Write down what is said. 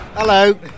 Hello